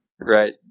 Right